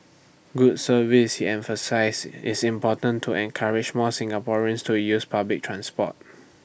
good service he emphasised is important to encourage more Singaporeans to use public transport